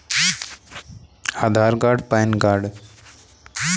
खाता खोलने के लिए किन दस्तावेजों की आवश्यकता होती है?